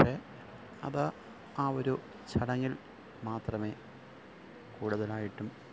പക്ഷെ അതാ ആ ഒരു ചടങ്ങില് മാത്രമേ കൂടുതലായിട്ടും